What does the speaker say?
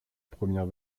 première